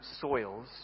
soils